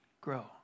grow